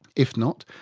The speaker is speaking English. if not,